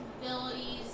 abilities